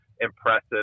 impressive